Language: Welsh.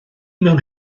mewn